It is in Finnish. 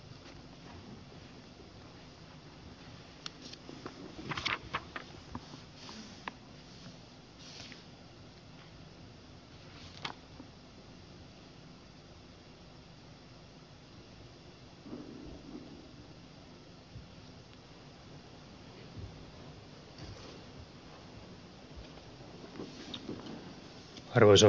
arvoisa puhemies